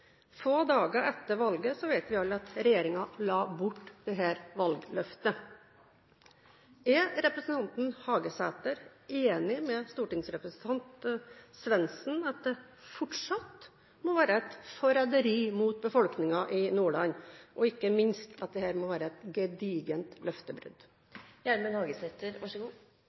Få dager etter valget vet vi alle at regjeringen la bort dette valgløftet. Er representanten Hagesæter enig med stortingsrepresentant Svendsen i at det fortsatt må være et forræderi mot befolkningen i Nordland – og ikke minst at dette må være et gedigent